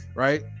Right